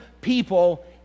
people